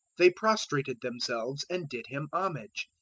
they prostrated themselves and did him homage,